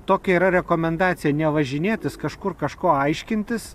tokia yra rekomendacija nevažinėtis kažkur kažko aiškintis